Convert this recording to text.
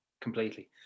completely